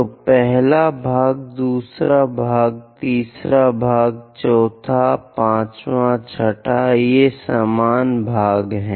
तो पहला भाग दूसरा भाग तीसरा भाग चौथा पाँचवाँ छठा ये समान भाग हैं